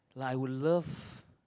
like I would love